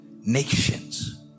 ...nations